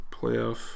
playoff